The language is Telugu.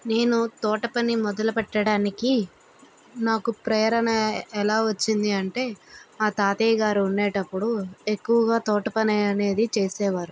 నేను తోటపని మొదలు పెట్టడానికి నాకు ప్రేరణ ఎలా వచ్చింది అంటే మా తాతయ్య గారు ఉండేటప్పుడు ఎక్కువగా తోటపని అనేది చేసేవారు